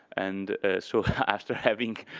and so after having